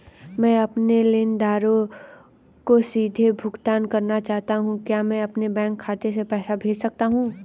मैं अपने लेनदारों को सीधे भुगतान करना चाहता हूँ क्या मैं अपने बैंक खाते में पैसा भेज सकता हूँ?